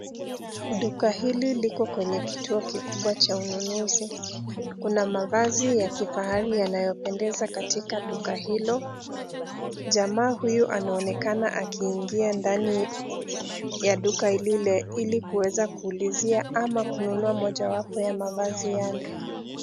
Duka hili liko kwenye kituo kikubwa cha ununuzi. Kuna mavazi ya kifahari yanayopendeza katika duka hilo. Jamaa huyu anaonekana akiingia ndani ya duka lile ili kuweza kuulizia ama kununua mojawapo ya mavazi yale.